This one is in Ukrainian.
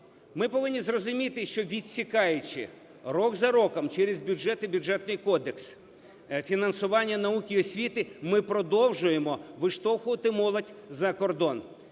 Ми повинні зрозуміти, що відсікаючи рік за роком через бюджет і Бюджетний кодекс фінансування науки і освіти ми продовжуємо виштовхувати молодь за кордон.